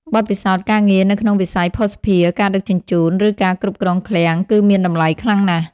បទពិសោធន៍ការងារនៅក្នុងវិស័យភស្តុភារ ការដឹកជញ្ជូន ឬការគ្រប់គ្រងឃ្លាំង គឺមានតម្លៃខ្លាំងណាស់។